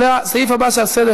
למה זה לא היה תקנה?